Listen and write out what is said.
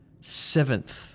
Seventh